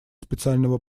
специального